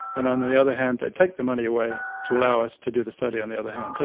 and on the the other hand they take the money away to allow us to do the study on the other hand.